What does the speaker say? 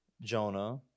Jonah